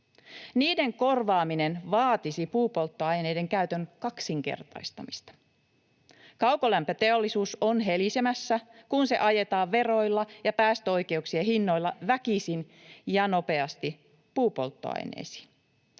Niiden korvaaminen vaatisi puupolttoaineiden käytön kaksinkertaistamista. Kaukolämpöteollisuus on helisemässä, kun se ajetaan veroilla ja päästöoikeuksien hinnoilla väkisin ja nopeasti puupolttoaineisiin.